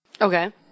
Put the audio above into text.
Okay